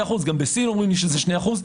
גם בסין אומרים לי שזה 2%,